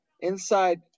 inside